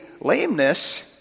lameness